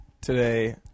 today